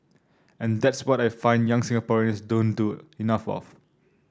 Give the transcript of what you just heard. and that's what I find young Singaporeans don't do enough of